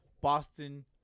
Boston